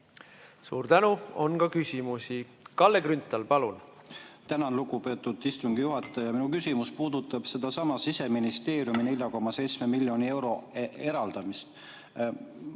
Suur tänu! On ka küsimusi. Kalle Grünthal, palun! Tänan, lugupeetud istungi juhataja! Minu küsimus puudutab Siseministeeriumile 4,7 miljoni euro eraldamist.